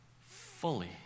fully